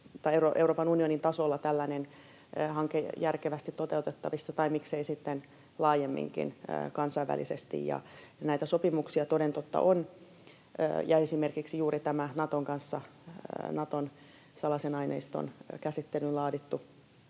olla Euroopan unionin tasolla järkevästi toteutettavissa, tai miksei sitten laajemminkin kansainvälisesti. Näitä sopimuksia toden totta on — esimerkiksi juuri Naton kanssa Naton salaisen aineiston käsittelyyn laadittu